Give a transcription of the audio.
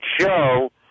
show